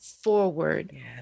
forward